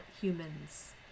humans